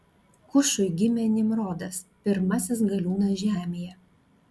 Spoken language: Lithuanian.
kušui gimė nimrodas pirmasis galiūnas žemėje